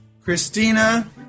christina